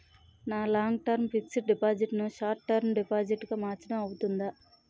నా long term fixed deposit ను short term deposit గా మార్చటం అవ్తుందా?